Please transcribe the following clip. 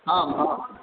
आम् आम्